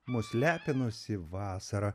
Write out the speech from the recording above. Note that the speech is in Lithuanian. mus lepinusi vasara